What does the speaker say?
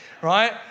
right